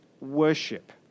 worship